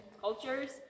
cultures